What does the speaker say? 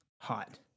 hot